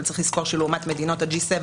אבל צריך לזכור שלעומת מדינות ה-G7